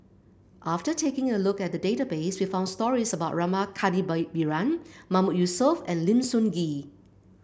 after taking a look at the database we found stories about Rama Mahmood Yusof and Lim Sun Gee